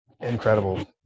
incredible